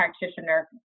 practitioner